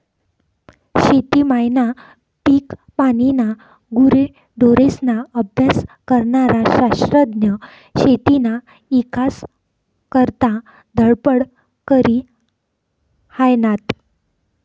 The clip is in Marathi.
शेती मायना, पिकपानीना, गुरेढोरेस्ना अभ्यास करनारा शास्त्रज्ञ शेतीना ईकास करता धडपड करी हायनात